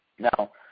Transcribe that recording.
Now